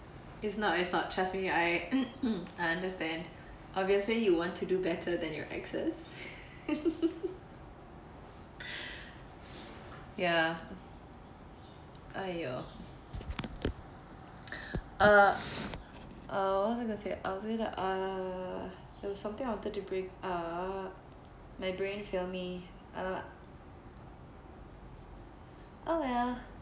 it's not it's not trust me I I understand obviously you want to do better than you exes ya !aiyo! uh uh what was I gonna say I was gonna ah there was something I wanted to bring up my brain failed me ah oh well